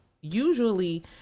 usually